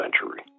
century